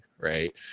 right